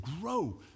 grow